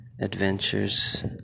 adventures